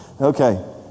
Okay